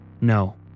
No